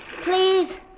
Please